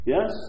Yes